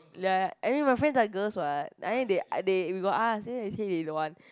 ya any my friends like girls what I mean they they we got ask then they say they don't want